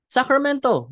Sacramento